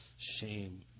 shame